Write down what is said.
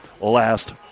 last